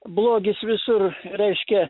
blogis visur reiškia